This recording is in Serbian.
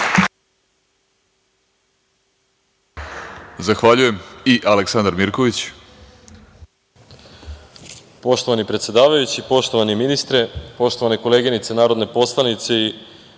Zahvaljujem. Reč ima Aleksandar Mirković.